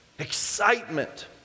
excitement